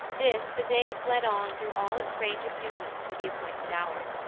this, the day fled on through all its range of duties to the appointed hour.